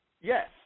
Yes